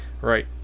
Right